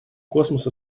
космос